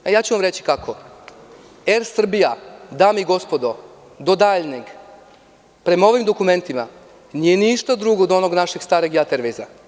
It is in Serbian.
Reći ću vam kako – Er Srbija, dame i gospodo, do daljnjeg, prema ovim dokumentima nije ništa drugo do onog našeg starog JAT Ervejza.